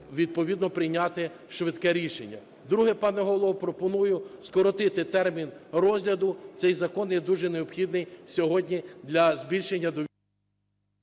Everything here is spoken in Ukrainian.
відповідно прийняти швидке рішення. Друге, пане Голово, пропоную скоротити термін розгляду. Цей закон є дуже необхідний сьогодні для збільшення… ГОЛОВУЮЧИЙ.